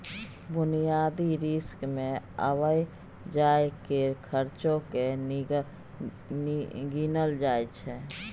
बुनियादी रिस्क मे आबय जाय केर खर्चो केँ गिनल जाय छै